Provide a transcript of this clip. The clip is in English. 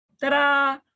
Ta-da